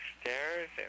stairs